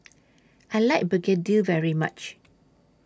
I like Begedil very much